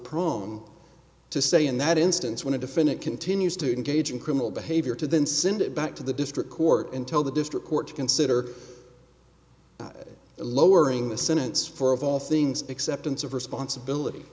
proem to say in that instance when a defendant continues to engage in criminal behavior to then sind it back to the district court and tell the district court to consider lowering the sentence for of all things acceptance of responsibility